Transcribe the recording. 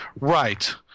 Right